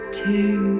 two